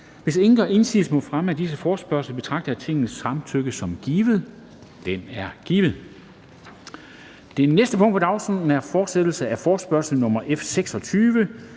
Hvis ingen gør indsigelse mod fremme af disse forespørgsler, betragter jeg Tingets samtykke som givet. Det er givet. --- Det næste punkt på dagsordenen er: 7) Fortsættelse af forespørgsel nr. F 26